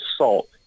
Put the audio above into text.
assault